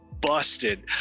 busted